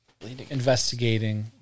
investigating